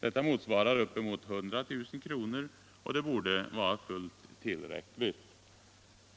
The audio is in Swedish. Detta motsvarar upp emot 100 000 kr., och det borde vara fullt tillräckligt.